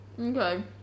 Okay